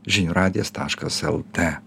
žinių radijas taškas lt